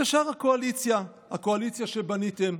ושאר הקואליציה, הקואליציה שבניתם,